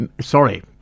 Sorry